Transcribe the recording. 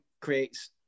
creates